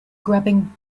grubbing